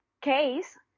case